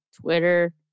Twitter